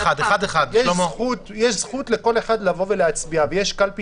יש זכות לכל אחד לבוא ולהצביע ויש קלפי